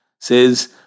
says